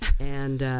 and